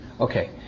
Okay